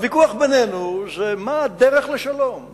הוויכוח בינינו זה מה הדרך לשלום,